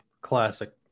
Classic